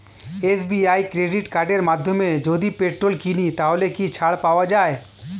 SBI credit কার্ডের মাধ্যমে যদি পেট্রোল কিনি তাহলে কি ছাড় পাওয়া যায়?